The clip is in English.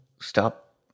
Stop